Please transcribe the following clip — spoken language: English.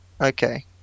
okay